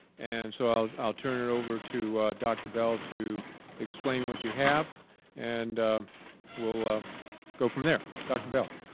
and so i'll i'll turn it over to dr. bell to explain what you have and we'll ah go from there. dr. bell?